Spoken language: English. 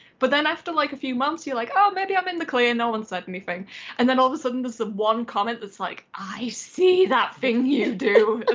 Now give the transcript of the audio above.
but then after like a few months you're like oh, maybe i'm in the clear, no one said anything and then all of a sudden there's this ah one comment that's like, i see that thing you do!